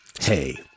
hey